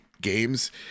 games